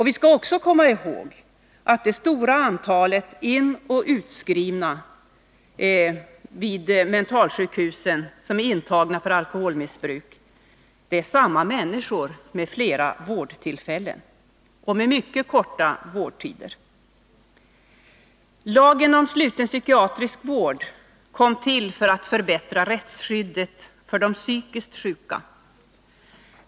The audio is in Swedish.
Vi skall också komma ihåg att ett stort antal av inoch utskrivningar av dem som är intagna på mentalsjukhus för alkoholmissbruk gäller samma människor med flera vårdtillfällen och mycket korta vårdtider. Lagen om sluten psykiatrisk vård kom till för att förbättra rättsskyddet för de psykiskt sjuka.